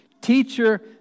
Teacher